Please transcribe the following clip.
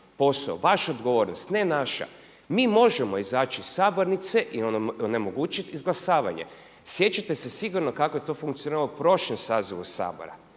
posao, vaša odgovornost ne naša. Mi možemo izaći iz sabornice i onemogućiti izglasavanje. Sjećate se sigurno kako je to funkcionirao u prošlom sazivu Sabora